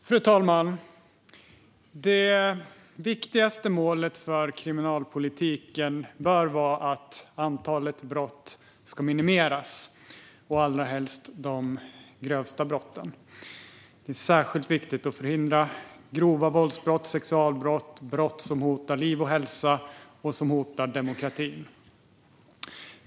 Fru talman! Det viktigaste målet för kriminalpolitiken bör vara att antalet brott ska minimeras och allra helst de grövsta brotten. Det är särskilt viktigt att förhindra grova våldsbrott och sexualbrott, brott som hotar liv och hälsa och som hotar demokratin.